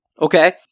Okay